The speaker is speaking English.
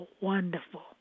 wonderful